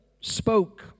spoke